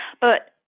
But-